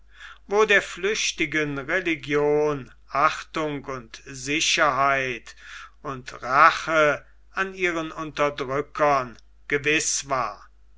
wo der flüchtigen religion achtung und sicherheit und rache an ihren unterdrückern gewiß war